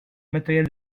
matériel